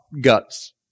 guts